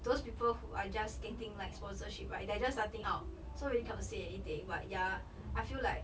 those people who are just getting like sponsorship right they are just starting out so really cannot say anything but ya I feel like